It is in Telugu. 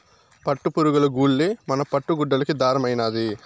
పట్టుపురుగులు గూల్లే మన పట్టు గుడ్డలకి దారమైనాది